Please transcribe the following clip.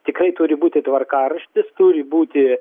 tikrai turi būti tvarkaraštis turi būti